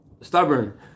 stubborn